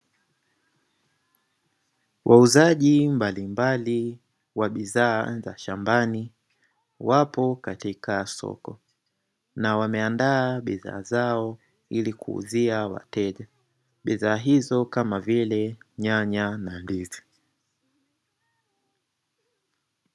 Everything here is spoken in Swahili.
Wauzaji mbalimbali wa bidhaa za shambani wapo katika soko, na wameandaa bidhaa zao ili kuuuzia wateja. Bidhaa hizo ni kama; nyanya na ndizi.